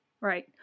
Right